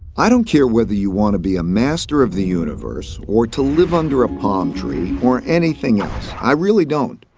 i don't care whether you want to be a master of the universe or to live under a palm tree, or anything else. i really don't.